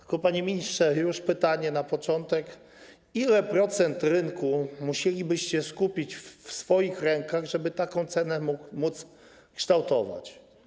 Tylko, panie ministrze, pytanie już na początek: Ile procent rynku musielibyście skupić w swoich rękach, żeby taką cenę móc kształtować?